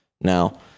now